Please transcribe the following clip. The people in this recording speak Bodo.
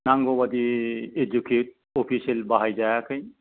नांगौ बादि इदुखिद अफिसियेल बाहाय जायाखै